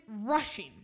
rushing